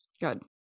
Good